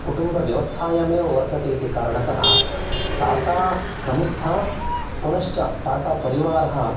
कुटुम्बव्यवस्थायाम् एव वर्तते इति कारणतः टाटा संस्था पुनश्च टाटा परिवारः